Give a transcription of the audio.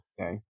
okay